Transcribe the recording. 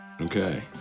Okay